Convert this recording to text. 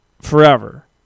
forever